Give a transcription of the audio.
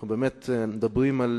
אנחנו באמת מדברים על